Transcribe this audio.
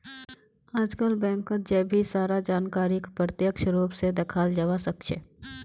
आजकल बैंकत जय भी सारा जानकारीक प्रत्यक्ष रूप से दखाल जवा सक्छे